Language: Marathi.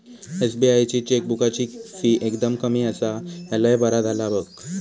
एस.बी.आई ची चेकबुकाची फी एकदम कमी आसा, ह्या लय बरा झाला बघ